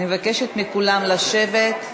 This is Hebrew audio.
אני מבקשת מכולם לשבת.